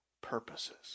purposes